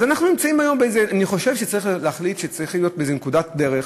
אני חושב שצריך להחליט שצריך להיות באיזו נקודת דרך,